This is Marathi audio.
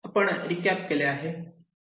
आपण रिकॅप केले आहे